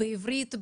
בעברית,